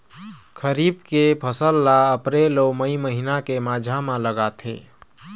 खरीफ के फसल ला अप्रैल अऊ मई महीना के माझा म लगाथे